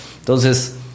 Entonces